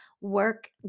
work